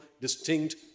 distinct